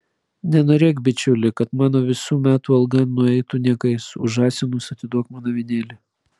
nenorėk bičiuli kad mano visų metų alga nueitų niekais už žąsinus atiduok man avinėlį